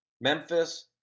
Memphis